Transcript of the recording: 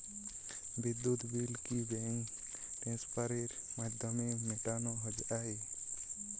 বিদ্যুৎ বিল কি ব্যাঙ্ক ট্রান্সফারের মাধ্যমে মেটানো য়ায়?